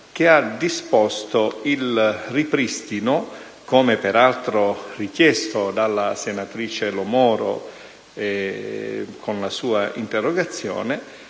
che ha disposto il ripristino, come peraltro richiesto dalla senatrice Lo Moro con la sua interrogazione,